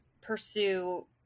pursue